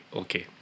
okay